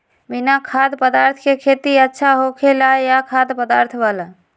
बिना खाद्य पदार्थ के खेती अच्छा होखेला या खाद्य पदार्थ वाला?